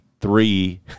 three